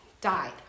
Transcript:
died